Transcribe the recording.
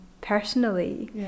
personally